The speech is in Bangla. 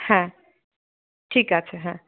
হ্যাঁ ঠিক আছে হ্যাঁ